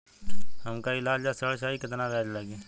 हमका ईलाज ला ऋण चाही केतना ब्याज लागी?